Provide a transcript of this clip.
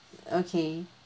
okay